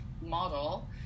model